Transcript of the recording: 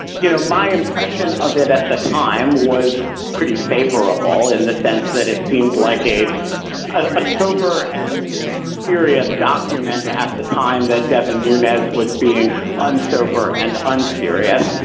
you know, my impression of it at the time was pretty favorable in the sense that it seemed like a a sober and serious document at the time that devin nunez was being un sober and unserious.